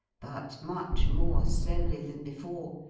but much more slowly than before,